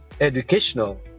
educational